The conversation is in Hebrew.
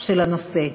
של הנושא,